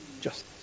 justice